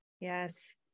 Yes